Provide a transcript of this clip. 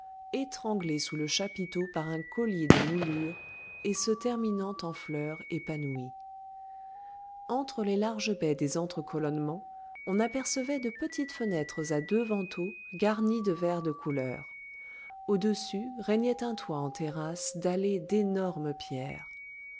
étranglée sous le chapiteau par un collier de moulures et se terminant en fleur épanouie entre les larges baies des entre colonnements on apercevait de petites fenêtres à deux vantaux garnis de verres de couleur au-dessus régnait un toit en terrasse dallé d'énormes pierres